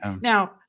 now